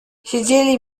siedzieli